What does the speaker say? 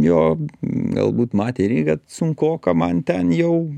jo galbūt matė kad sunkoka man ten jau